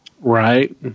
Right